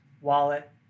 wallet